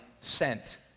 sent